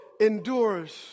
endures